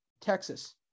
Texas